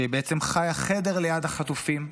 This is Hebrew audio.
שבעצם חיה חדר ליד החטופים,